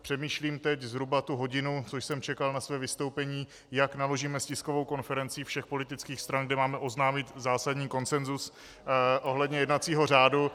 Přemýšlím teď zhruba tu hodinu, co jsem čekal na své vystoupení, jak naložíme s tiskovou konferencí všech politických stran, kde máme oznámit zásadní konsensus ohledně jednacího řádu.